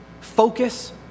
focus